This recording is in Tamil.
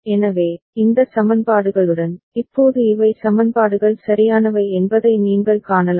எனவே இந்த சமன்பாடுகளுடன் இப்போது இவை சமன்பாடுகள் சரியானவை என்பதை நீங்கள் காணலாம்